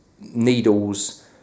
needles